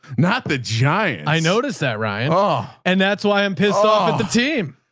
not the giant. i noticed that ryan ah and that's why i'm pissed off at the team.